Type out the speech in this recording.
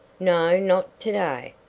no, not to-day.